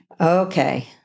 Okay